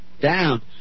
down